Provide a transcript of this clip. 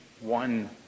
one